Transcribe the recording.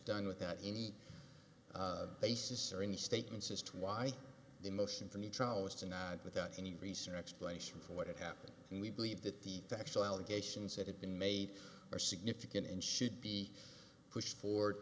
done without any basis or any statements as to why the motion for new trial was denied without any recent explanation for what had happened and we believe that the factual allegations that have been made are significant and should be pushed forward